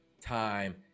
time